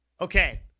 Okay